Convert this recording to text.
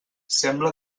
sembla